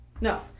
No